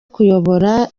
kuyobora